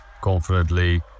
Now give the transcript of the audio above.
confidently